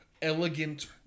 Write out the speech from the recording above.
Elegant